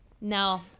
No